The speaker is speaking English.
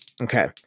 Okay